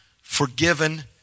forgiven